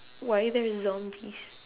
why there are zombies